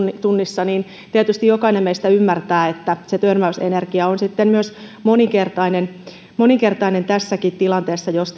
tunnissa niin tietysti jokainen meistä ymmärtää että törmäysenergia on sitten myös moninkertainen moninkertainen tässäkin tilanteessa jos